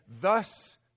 thus